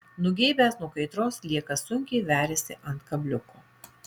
nugeibęs nuo kaitros sliekas sunkiai veriasi ant kabliuko